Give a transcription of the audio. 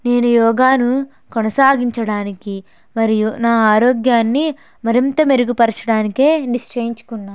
నేను యోగాను కొనసాగించడానికి మరియు నా ఆరోగ్యాన్ని మరింత మెరుగుపరచడానికే నిశ్చయించుకున్నాను